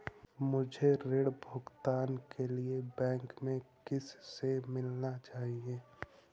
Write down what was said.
मुझे ऋण भुगतान के लिए बैंक में किससे मिलना चाहिए?